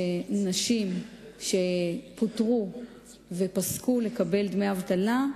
שנשים שפוטרו ופסקו לקבל דמי אבטלה,